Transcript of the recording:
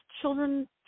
children